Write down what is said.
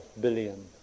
billion